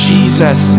Jesus